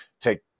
take